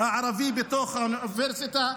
הערבי בתוך האוניברסיטה.